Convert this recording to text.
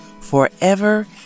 forever